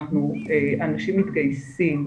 אנשים מתגייסים,